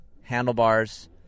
handlebars